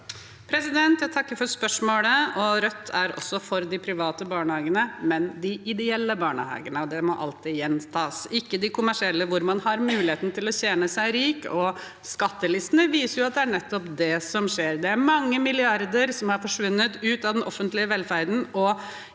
Jeg takker for spørsmålet. Rødt er også for de private barnehagene, men de ideelle barnehagene, og det må alltid gjentas, ikke de kommersielle, hvor man har muligheten til å tjene seg rik. Skattelistene viser jo at det er nettopp det som skjer. Det er mange milliarder kroner som har forsvunnet ut av den offentlige velferden